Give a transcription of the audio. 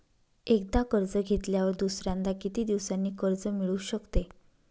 एकदा कर्ज घेतल्यावर दुसऱ्यांदा किती दिवसांनी कर्ज मिळू शकते?